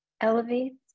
elevates